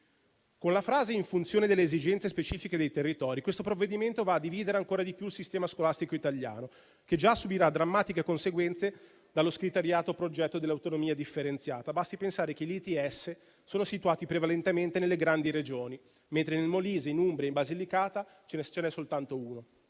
Con la frase «in funzione delle esigenze specifiche dei territori», questo provvedimento divide ancora di più il sistema scolastico italiano, che già subirà drammatiche conseguenze dallo scriteriato progetto dell'autonomia differenziata. Basti pensare che gli istituti tecnici superiori (ITS) sono situati prevalentemente nelle grandi Regioni, mentre nel Molise, in Umbria e in Basilicata c'è n'è soltanto uno.